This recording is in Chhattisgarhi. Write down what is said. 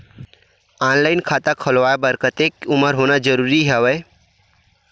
ऑनलाइन खाता खुलवाय बर कतेक उमर होना जरूरी हवय?